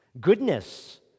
Goodness